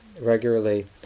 regularly